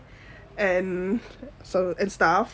and so and stuff